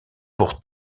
pour